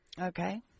Okay